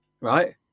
right